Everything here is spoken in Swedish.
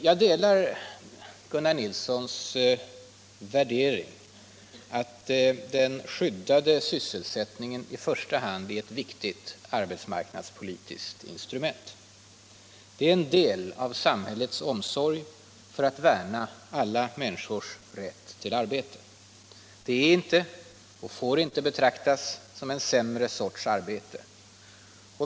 Jag delar Gunnar Nilssons värdering att den skyddade sysselsättningen i första hand är ett viktigt arbetsmarknadspolitiskt instrument. Den är en del av samhällets omsorg för att värna alla människors rätt till arbete. Den är inte och får inte betraktas som en sämre sorts arbete.